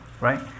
right